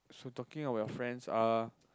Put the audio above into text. so talking about friends uh